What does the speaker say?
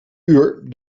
uur